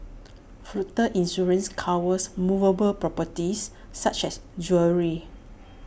floater insurance covers movable properties such as jewellery